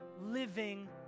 living